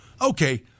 okay